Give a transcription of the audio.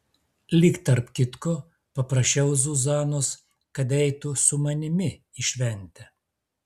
lyg tarp kitko paprašiau zuzanos kad eitų su manimi į šventę